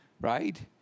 right